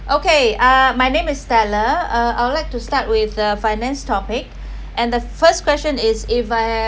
okay uh my name is stella uh I would like to start with uh finance topic and the first question is if I